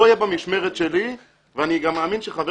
לא יהיה במשמרת שלי ואני גם מאמין שחבר